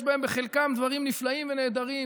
יש בחלקם דברים נפלאים ונהדרים.